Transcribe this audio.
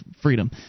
freedom